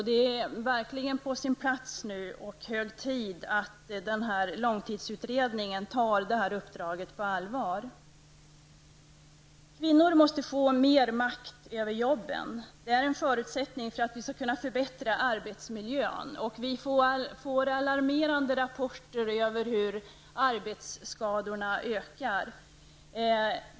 Det är verkligen på sin plats och hög tid att långtidsutredningen tar det här uppdraget på allvar. Kvinnor måste få mer makt över jobben. Det är en förutsättning för att vi skall kunna förbättra arbetsmiljön. Vi får alarmerande rapporter över hur arbetsskadorna ökar.